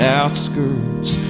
outskirts